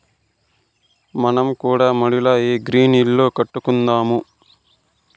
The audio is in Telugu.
మనం కూడా మడిల ఈ గ్రీన్ ఇల్లు కట్టుకుందాము